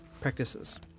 practices